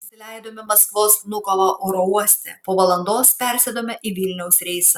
nusileidome maskvos vnukovo oro uoste po valandos persėdome į vilniaus reisą